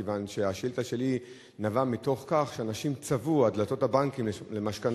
מכיוון שהשאילתא שלי נבעה מכך שאנשים צבאו על דלתות הבנקים למשכנתאות